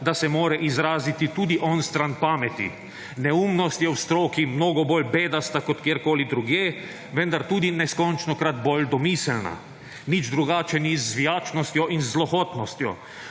da se more izraziti tudi onstran pameti. Neumnost je v stroki mnogo bolj bedasta kot kjerkoli drugje, vendar tudi neskončnokrat domiselna. Nič drugače ni z zvijačnostjo in zlohotnostjo.